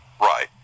Right